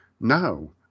no